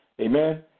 Amen